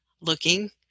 looking